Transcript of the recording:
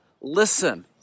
listen